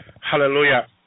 Hallelujah